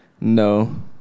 no